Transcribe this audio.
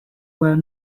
were